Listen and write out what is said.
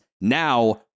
Now